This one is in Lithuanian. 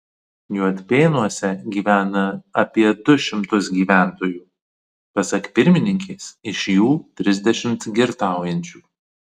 juodpėnuose gyvena apie du šimtus gyventojų pasak pirmininkės iš jų trisdešimt girtaujančių